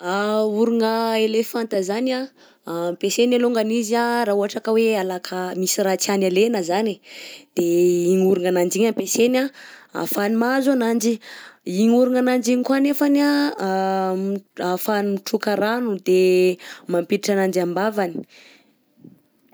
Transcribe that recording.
An orogna elefanta zany anh, ampiasainy alongany izy anh raha ohatra ka hoe alaka misy raha tiana alaina zany e de igny orognananjy igny ampiasainy a ahafahany mahazo ananjy, iny orognananjy iny koa anefany anh ahafahany mitroka rano de mampiditra ananjy am-bavany.